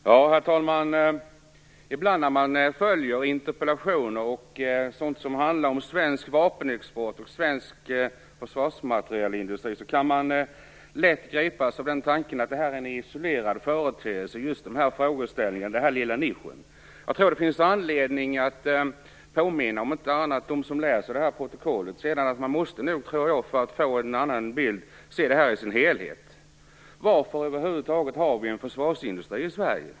Herr talman! Ibland när man följer interpellationer och sådant som handlar om svensk vapenexport och svensk försvarsmaterielindustri kan man lätt gripas av den tanken att dessa frågor är en isolerad företeelse. Jag tror att det finns anledning att påminna, åtminstone de som läser detta protokoll, om att man för att få en annan bild nog måste se detta i dess helhet. Varför har vi över huvud taget en försvarsindustri i Sverige?